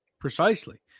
Precisely